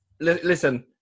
listen